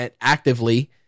actively